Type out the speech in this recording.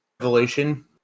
evolution